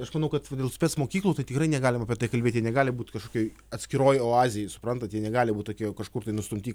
aš manau kad va dėl spec mokyklų tai tikrai negalima apie tai kalbėti negali būt kažkokioj atskiroj oazėj suprantat jie negali būt tokie jau kažkur tai nustumti